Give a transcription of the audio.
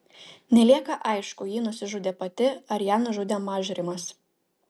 nelieka aišku ji nusižudė pati ar ją nužudė mažrimas